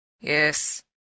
Yes